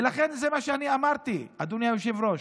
ולכן זה מה שאני אמרתי, אדוני היושב-ראש.